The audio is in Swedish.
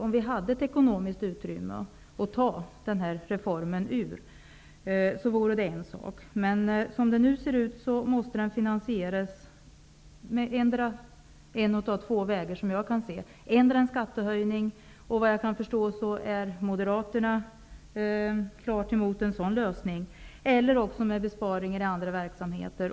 Om det fanns ett ekonomiskt utrymme för reformen, så vore det en sak. Men som det nu ser ut, och såvitt jag kan se, finns det två vägar att finansiera reformen. Den ena vägen är att genomföra en skattehöjning. Såvitt jag förstår är Moderaterna klart emot en sådan lösning. Den andra vägen är att genomföra besparingar i andra verksamheter.